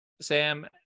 Sam